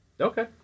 Okay